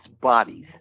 bodies